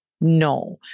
no